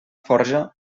forja